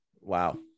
wow